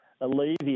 alleviate